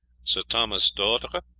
sir thomas d'autre,